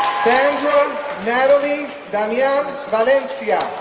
sandra nataly damian valencia,